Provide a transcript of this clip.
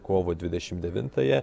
kovo dvidešimt devintąją